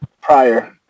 prior